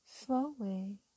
Slowly